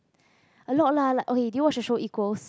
a lot like okay did you watch the show Equals